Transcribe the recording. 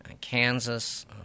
Kansas